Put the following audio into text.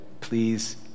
Please